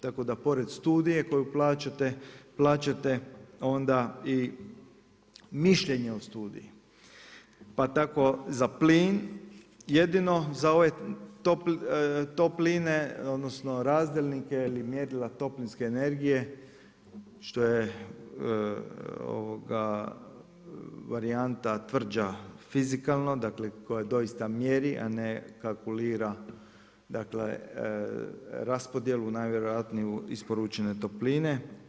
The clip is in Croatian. Tako da pored studije koju plaćate, plaćate onda i mišljenje o studiji, pa tako za plin jedino za ove topline odnosno razdjelnike ili mjerila toplinske energije što je varijanta tvrđa fizikalna, dakle koja doista mjeri, a ne kalkulira, dakle raspodjelu najvjerojatniju isporučene topline.